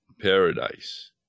paradise